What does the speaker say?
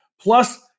plus